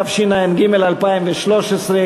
התשע"ג 2013,